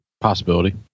Possibility